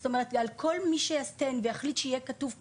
זאת אומרת על כל מי שיעשה ויחליט שיהיה כתוב כשר,